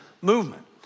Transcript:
movement